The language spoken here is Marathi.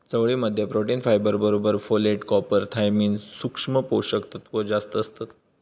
चवळी मध्ये प्रोटीन, फायबर बरोबर फोलेट, कॉपर, थायमिन, सुक्ष्म पोषक तत्त्व जास्तं असतत